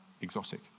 exotic